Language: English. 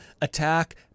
Attack